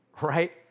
right